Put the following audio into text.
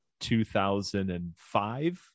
2005